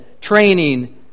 training